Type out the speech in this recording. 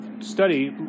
study